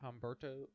Humberto